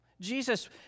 Jesus